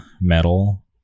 metal